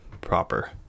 proper